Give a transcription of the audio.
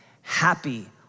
happy